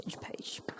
page